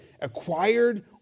acquired